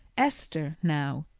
esther, now,